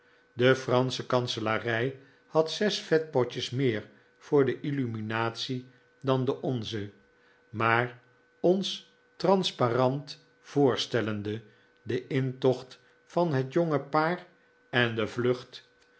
de fransche kanselarij had zes vetpotjes meer voor de illuminatie dan de onze maar ons transparant voorstellende de intocht van het jonge paar en de vlucht